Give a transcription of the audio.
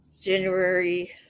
January